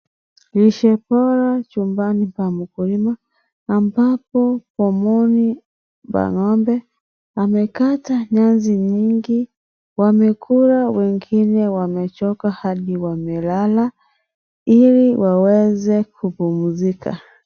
Lishe Bora chumbani la mkulima ambapo, mdomoni pa ngombe amekata nyasi nyingi . Wamekula wengine wamechoka Hadi wamelala ili waweze kupumzika.